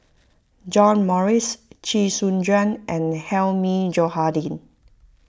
John Morrice Chee Soon Juan and Hilmi Johandi